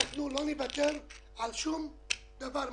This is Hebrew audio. אנחנו לא נוותר על שום דבר.